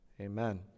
Amen